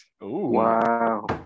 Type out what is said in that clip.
Wow